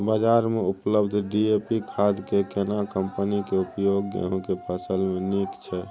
बाजार में उपलब्ध डी.ए.पी खाद के केना कम्पनी के उपयोग गेहूं के फसल में नीक छैय?